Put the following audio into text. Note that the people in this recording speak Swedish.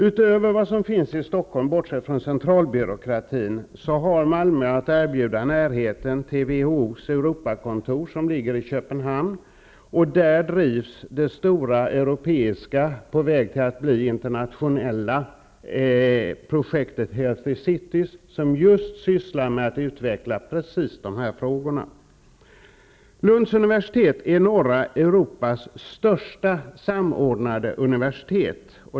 Utöver vad som finns i Stockholm, bortsett från centralbyråkratin, har Malmö att erbjuda närheten till WHO:s Europakontor som ligger i Köpenhamn. Där drivs det stora europeiska, på väg att bli internationellt, projektet Healthy Cities som just handlar om att utveckla dessa frågor. Lunds universitet är norra Europas största samordnade universitet.